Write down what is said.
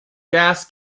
gas